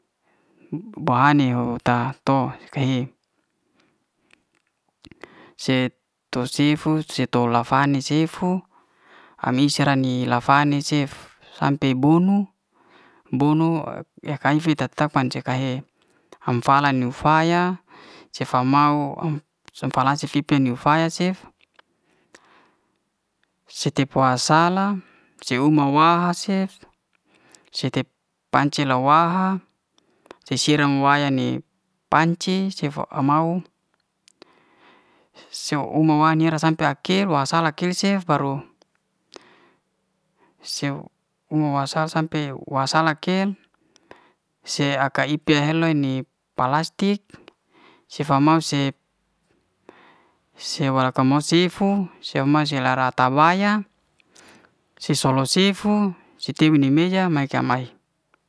Ba'hani tu ta'to skeye se'to sifu se tola fani sifu ami's ya rani cef sampe bonu bonu ya'kaifi ta'tapan ce ka he am fala ne faya sefa mau cef fal'livi ni faya sef se ti'fasala se uma'waha cef, sete panci wa'laha se siram wa'yang ni panci cefa am'mau se umwa way' nira sampe ak'kebas salak'ke cef baru umu wa'sal sampe wa'salak ke se ak'a ip'te hel'loi ni palastik cef fa'mau cef se wa la'ka mo cef sifu se ma se'lara ra ta wa'ya si so'lo sifu se ti'wi ni meja meka'mae.